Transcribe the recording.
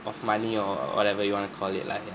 of money or whatever you want to call it lah yeah